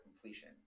completion